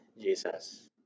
Jesus